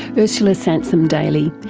ursula sansom-daly,